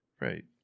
Right